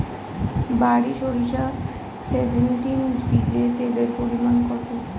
বারি সরিষা সেভেনটিন বীজে তেলের পরিমাণ কত?